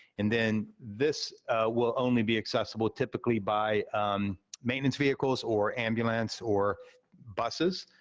and then, this will only be accessible, typically, by maintenance vehicles or ambulance, or buses.